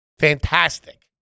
fantastic